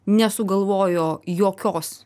nesugalvojo jokios